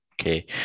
Okay